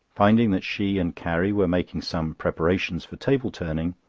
finding that she and carrie were making some preparations for table-turning,